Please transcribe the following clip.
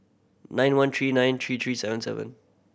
nine one three nine three three seven seven